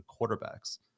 quarterbacks